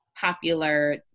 popular